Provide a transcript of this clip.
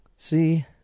See